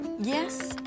Yes